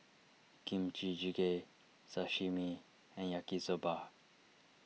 Kimchi Jjigae Sashimi and Yaki Soba